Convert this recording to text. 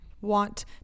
want